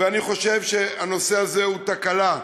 ואני חושב שהנושא הזה הוא תקלה.